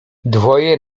dwoje